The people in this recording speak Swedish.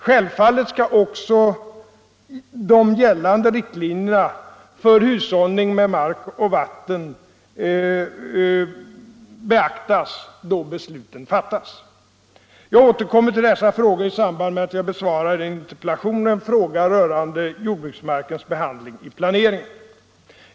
Självfallet skall också de gällande riktlinjerna för hushållningen med mark och vatten beaktas då besluten fattas. Jag återkommer till dessa frågor i samband med att jag besvarar en interpellation och en fråga rörande jordbruksmarkens behandling vid planeringen.